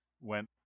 went